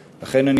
לכן אני חושב,